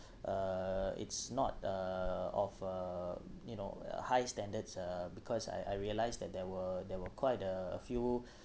uh it's not uh of uh you know high standards uh because I I realised that there were there were quite a few